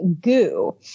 goo